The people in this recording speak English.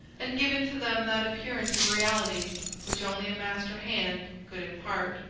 and given to them that appearance of reality which only a master hand could impart.